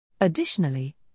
Additionally